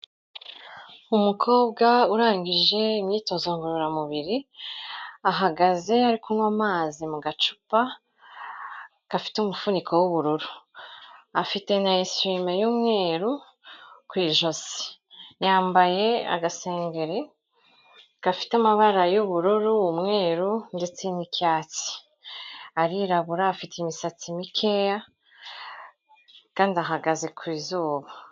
Umukobwa urangije imyitozo ngororamubiri ahagaze ari kunywa amazi mu gacupa gafite umufuniko w'ubururu, afite na esume y'umweru ku ijosi, yambaye agasengeri gafite amabara y'ubururu, umweru ndetse n'icyatsi, arirabura afite imisatsi mikeya kandi ahagaze ku izuba.